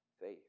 faith